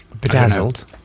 bedazzled